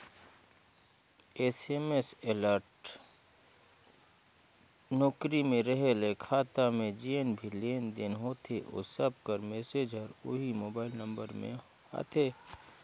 SMS alert नउकरी में रहें ले खाता में जेन भी लेन देन होथे ओ सब कर मैसेज हर ओही मोबाइल नंबर में आथे